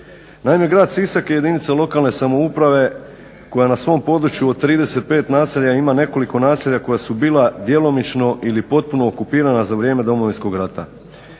Naime, Grad Sisak je jedinica lokalne samouprave koja na svom području od 35 naselja ima nekoliko naselja koja su bila djelomično ili potpuno okupirana za vrijeme Domovinskog rata.